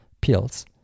pills